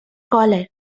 collar